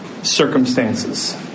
Circumstances